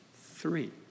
three